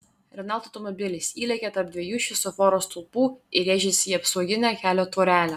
renault automobilis įlėkė tarp dviejų šviesoforo stulpų ir rėžėsi į apsauginę kelio tvorelę